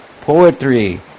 poetry